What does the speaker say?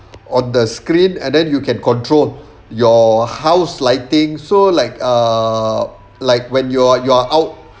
on the screen and then you can control your house lighting so like err like when you're you're out